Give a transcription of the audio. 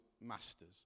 masters